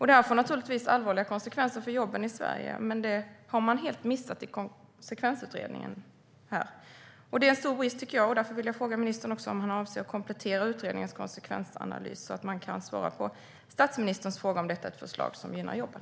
Detta får allvarliga konsekvenser för jobben i Sverige, men det har man helt missat i konsekvensutredningen. Det tycker jag är en stor brist. Jag vill därför fråga ministern om han avser att komplettera utredningens konsekvensanalys så att man kan svara på statsministerns fråga om detta är ett förslag som gynnar jobben.